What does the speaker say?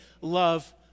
love